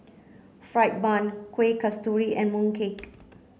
fried bun Kuih Kasturi and Mooncake